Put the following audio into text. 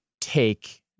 take